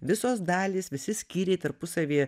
visos dalys visi skyriai tarpusavy